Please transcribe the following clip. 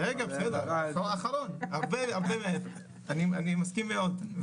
MRI --- אני מסכים מאוד,